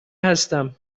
هستم